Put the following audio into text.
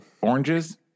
oranges